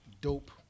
dope